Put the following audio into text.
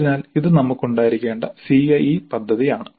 അതിനാൽ ഇത് നമുക്ക് ഉണ്ടായിരിക്കേണ്ട CIE പദ്ധതിയാണ്